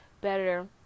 better